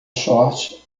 short